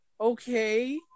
okay